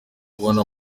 kubona